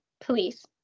Please